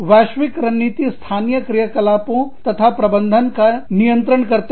वैश्विक रणनीति स्थानीय क्रियाकलापों तथा प्रबंधन का नियंत्रण करते हैं